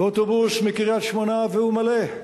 ואוטובוס מקריית-שמונה והוא מלא,